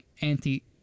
anti